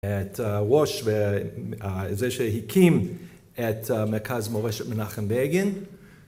את הראש ואת זה שהקים את מרכז מורשת מנחם בגין